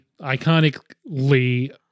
iconically